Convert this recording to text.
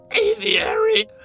aviary